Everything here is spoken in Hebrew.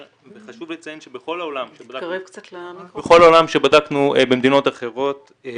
וחשוב לציין שבכל העולם עת בדקנו במדינות אחרות,